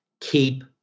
keep